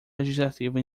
legislativo